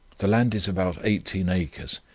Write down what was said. the land is about eighteen acres,